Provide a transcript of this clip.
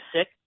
sick